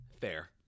Fair